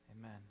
Amen